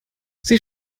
sie